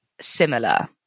similar